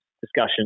discussion